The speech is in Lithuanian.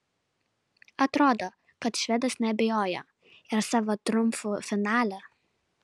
atrodo kad švedas neabejoja ir savo triumfu finale